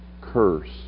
curse